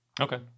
Okay